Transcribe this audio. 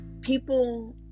People